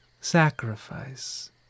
sacrifice